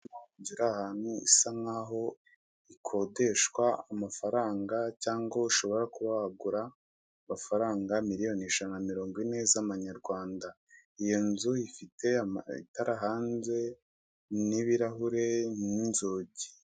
Inzu iri ahantu isa nkaho ikodeshwa amafaranga cyangwa ushobora kuba wagura amafaranga miriyoni ijana na mirongo ine z'amanyarwanda. Iyo nzu ifite amatara hanze n'ibirahure n'inzugi.